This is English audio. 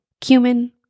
cumin